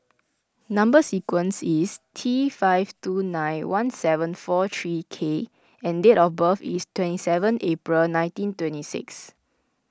Number Sequence is T five two nine one seven four three K and date of birth is twenty seven April nineteen twenty six